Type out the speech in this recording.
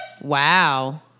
Wow